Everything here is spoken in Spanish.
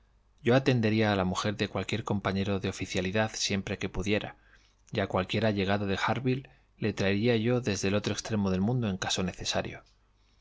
atendería a la mujer de cualquier compañero de oficialidad siempre que pudiera y a cualquier allegado de harville le traería yo desde el otro extremo del mundo en caso necesario